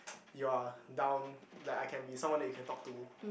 you're down like I can be someone that you can talk to